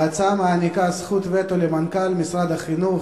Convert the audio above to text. ההצעה מעניקה זכות וטו למנכ"ל משרד החינוך